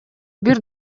бир